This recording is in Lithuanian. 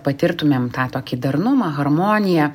patirtumėm tą tokį darnumą harmoniją